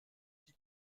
qui